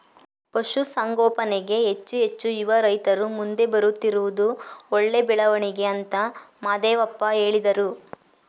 ಪಶುಸಂಗೋಪನೆಗೆ ಹೆಚ್ಚು ಹೆಚ್ಚು ಯುವ ರೈತ್ರು ಮುಂದೆ ಬರುತ್ತಿರುವುದು ಒಳ್ಳೆ ಬೆಳವಣಿಗೆ ಅಂತ ಮಹಾದೇವಪ್ಪ ಹೇಳ್ದ